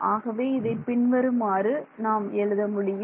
ஆகவே இதை பின்வருமாறு நான் எழுத முடியும்